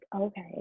okay